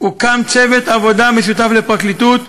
הוקם צוות עבודה משותף לפרקליטות,